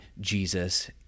Jesus